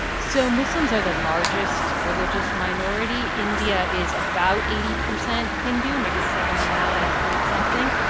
so muslims are the largest religious minority. india is about eighty percent hindu, maybe seventy nine point something.